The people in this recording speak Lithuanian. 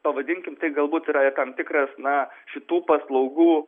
pavadinkim tai galbūt yra ir tam tikras na šitų paslaugų